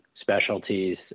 specialties